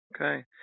okay